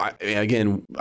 again